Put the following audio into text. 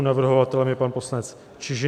Navrhovatelem je pan poslanec Čižinský.